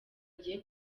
agiye